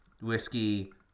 whiskey